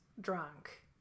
drunk